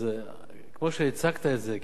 אז כמו שהצגת את זה,